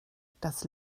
das